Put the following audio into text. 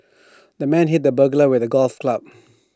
the man hit the burglar with A golf club